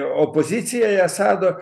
opozicijai asado